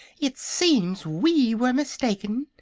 it seems we were mistaken,